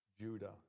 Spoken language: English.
Judah